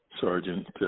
Sergeant